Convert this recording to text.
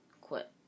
quit